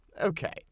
Okay